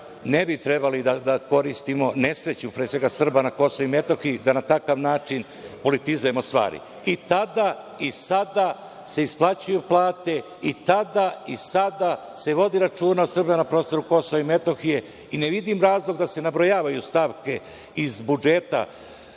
ne bi trebali da koristimo nesreću, pre svega Srba na KiM, da na takav način politizujemo stvari. I tada i sada se isplaćuju plate i tada i sada se vodi računa o Srbima na prostoru KiM i ne vidim razlog da se nabrojavaju stavke iz budžeta,